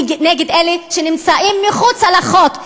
נגד אלה שנמצאים מחוצה לחוק,